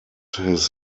his